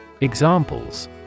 Examples